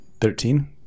Thirteen